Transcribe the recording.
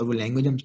language